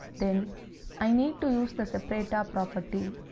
then i need to use the separator property.